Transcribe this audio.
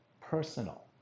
personal